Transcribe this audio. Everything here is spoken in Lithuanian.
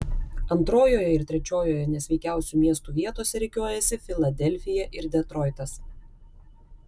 antrojoje ir trečiojoje nesveikiausių miestų vietose rikiuojasi filadelfija ir detroitas